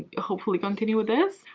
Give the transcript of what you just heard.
hopefully continue with this?